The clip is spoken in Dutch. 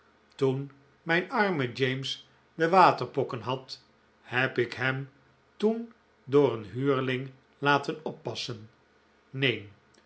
toen mijn arme james de waterpokken had heb ik hem toen door een huurling laten oppassen neen